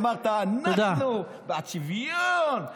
שאמרת: אנחנו בעד שוויון,